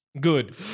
Good